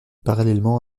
parallèlement